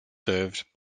served